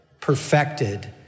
perfected